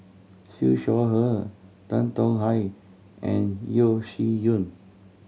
Siew Shaw Her Tan Tong Hye and Yeo Shih Yun